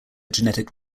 genetic